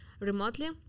remotely